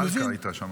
מלכה הייתה שם